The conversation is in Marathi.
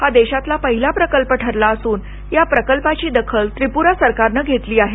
हा देशातला पहिला प्रकल्प ठरला असून या प्रकल्पाची दखल त्रिप्रा सरकारनं घेतली आहे